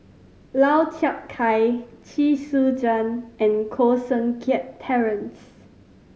Lau Chiap Khai Chee Soon Juan and Koh Seng Kiat Terence